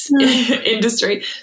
industry